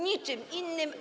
Niczym innym.